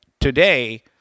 today